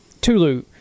Tulu